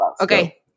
Okay